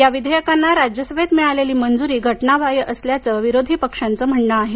या विधेयकांना राज्यसभेत मिळालेली मंजूरी घटनाबाह्य असल्याचं विरोधी पक्षांचं म्हणण आहे